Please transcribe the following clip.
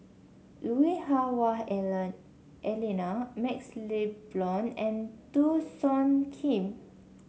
Lui Hah Wah Elena MaxLe Blond and Teo Soon Kim